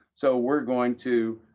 so we're going to